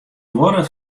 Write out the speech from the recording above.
duorre